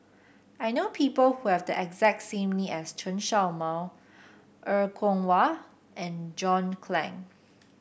I know people who have the exact same name as Chen Show Mao Er Kwong Wah and John Clang